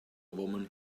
woman